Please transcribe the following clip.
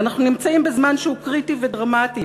ואנחנו נמצאים בזמן שהוא קריטי ודרמטי,